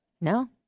no